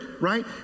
right